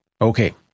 Okay